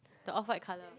the off white colour